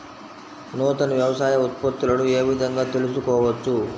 నూతన వ్యవసాయ ఉత్పత్తులను ఏ విధంగా తెలుసుకోవచ్చు?